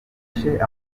amategeko